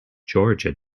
georgia